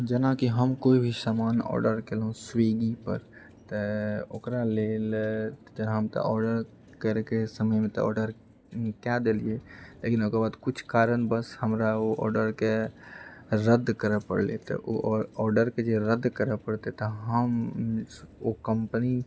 जेनाकि हम कोइभी सामान ऑर्डर केलहुँ स्विगी पर ते ओकरालेल तऽ हम तऽ ऑर्डर करिके समयमे तऽ ऑर्डर कए देलिए लेकिन ओकरबाद किुछ कारणवश हमरा ओ ऑर्डरके रद्द करए पड़ले तऽ ओ ऑर्डरके जे रद्द करय पड़तै तऽ हम ओ कम्पनी